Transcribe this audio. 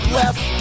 left